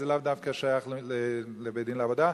זה לאו דווקא שייך לבית-דין לעבודה.